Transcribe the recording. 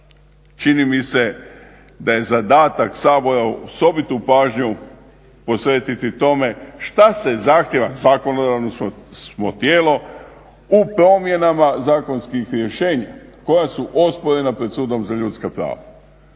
čini mi se da je zadatak Sabora uz osobitu pažnju posvetiti tome što se zahtjeva, zakonodavno smo tijelo, u promjenama zakonskih rješenja koja su osporena pred Sudom za ljudska prava.